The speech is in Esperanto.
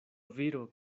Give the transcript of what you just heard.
viro